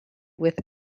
with